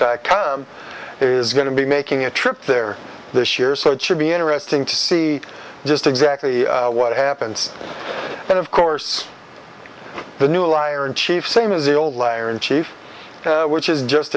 there is going to be making a trip there this year so it should be interesting to see just exactly what happens and of course the new liar in chief same as the old lair in chief which is just